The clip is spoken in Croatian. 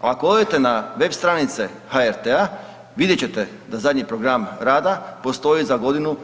Ako odete na web stranice HRT-a vidjet ćete da zadnji program rada postoji za godinu